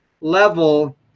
level